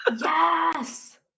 Yes